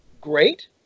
great